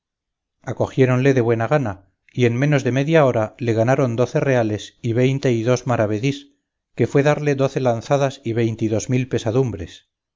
tercio acogiéronle de buena gana y en menos de media hora le ganaron doce reales y veinte y dos maravedís que fue darle doce lanzadas y veinte y dos mil pesadumbres